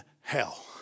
hell